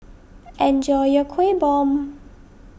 enjoy your Kuih Bom